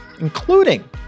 including